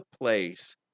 place